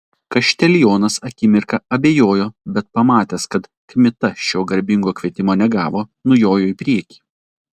kaštelionas akimirką abejojo bet pamatęs kad kmita šio garbingo kvietimo negavo nujojo į priekį